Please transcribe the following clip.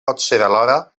alhora